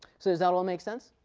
so does that all make sense?